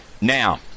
Now